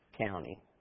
county